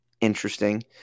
interesting